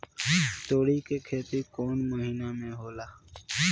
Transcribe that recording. तोड़ी के खेती कउन महीना में होला?